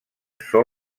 són